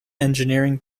engineering